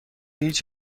هیچ